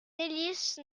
hélice